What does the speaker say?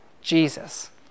Jesus